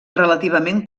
relativament